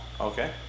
Okay